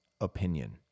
opinion